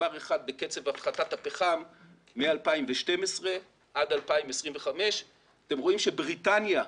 מספר אחת בקצב הפחתת הפחם מ-2019 עד 2025. אתם רואים שבריטניה,